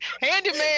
handyman